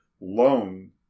loan